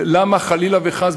חלילה וחס,